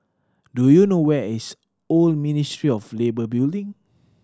do you know where is Old Ministry of Labour Building